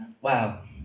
wow